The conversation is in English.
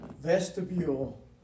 vestibule